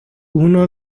uno